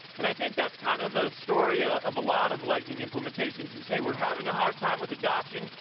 and i think that's kind of the ah story ah of a lot of lightning implementations is, hey, we're having a hard time with adoption,